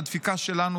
לדפיקה שלנו,